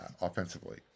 offensively